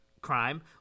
crime